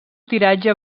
tiratge